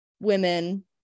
women